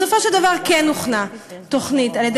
בסופו של דבר כן הוכנה תוכנית, על-ידי